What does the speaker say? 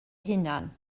hunan